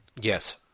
Yes